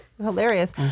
hilarious